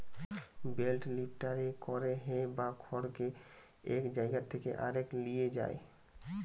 bell লিফ্টারে করে হে বা খড়কে এক জায়গা থেকে আরেক লিয়ে যায়